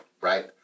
right